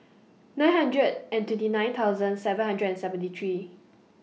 nine hundred and twenty nine thousand seven hundred and seventy three